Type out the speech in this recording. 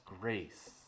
grace